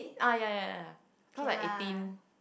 eh ah ya ya ya cause like eighteen